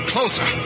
Closer